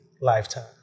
lifetime